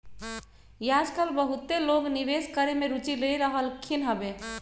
याजकाल बहुते लोग निवेश करेमे में रुचि ले रहलखिन्ह हबे